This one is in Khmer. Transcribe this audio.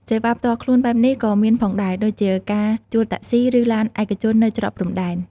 សេវាផ្ទាល់ខ្លួនបែបនេះក៏មានផងដែរ ដូចជាការជួលតាក់ស៊ី ឬឡានឯកជននៅច្រកព្រំដែន។